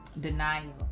denial